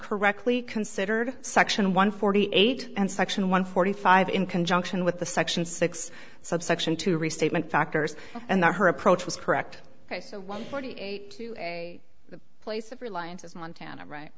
correctly considered section one forty eight and section one forty five in conjunction with the section six subsection two restatement factors and that her approach was correct so one forty eight to a place of reliance is montana right